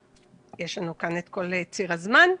יש לנו כאן את כל ציר הזמן.